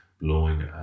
blowing